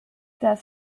das